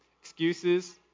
Excuses